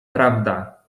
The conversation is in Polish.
prawda